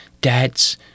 dads